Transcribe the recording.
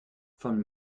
von